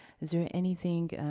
is there anything,